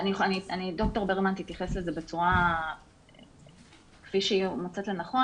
ד"ר ברגמן תתייחס לזה כפי שהיא מוצאת לנכון.